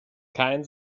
kein